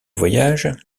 voyage